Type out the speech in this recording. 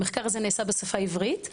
המחקר הזה נעשה בשפה עברית,